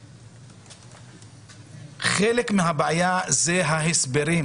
חלק מהבעיה הוא ההסברים,